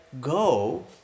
go